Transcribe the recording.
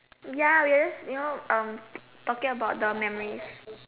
ya we are just you know um talking about the memories